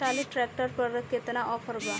Trolley tractor पर केतना offer बा?